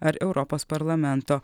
ar europos parlamento